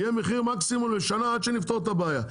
יהיה מחיר מקסימום לשנה עד שנפתור את הבעיה.